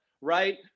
Right